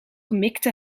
mikte